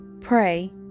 Pray